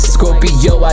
Scorpio